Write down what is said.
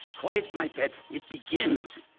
quiet, my pets, it begins.